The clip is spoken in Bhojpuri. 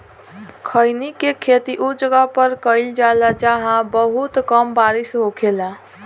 खईनी के खेती उ जगह पर कईल जाला जाहां बहुत कम बारिश होखेला